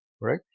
right